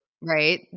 right